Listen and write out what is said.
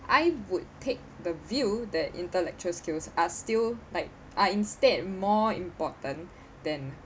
I would take the view that intellectual skills are still like are instead more important than